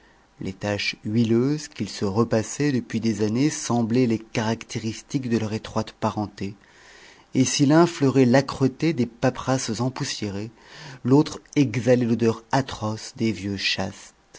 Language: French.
les taches huileuses qu'ils se repassaient depuis des années semblaient les caractéristiques de leur étroite parenté et si l'un fleurait l'âcreté des paperasses empoussiérées l'autre exhalait l'odeur atroce des vieux chastes